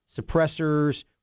suppressors